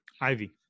Ivy